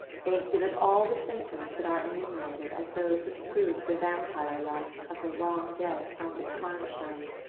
they exhibit all the symptoms that are enumerated as those which proved the vampire-life of the long-dead countess karnstein.